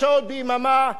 מענה אנושי,